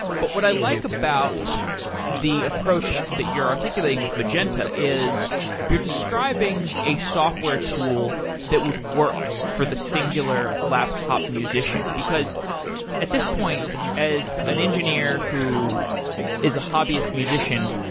but what i like about the approach that you're articulating with magenta is you're describing a software tool that would work for the singular laptop musician, because at this point as an engineer who is a hobbyist musician,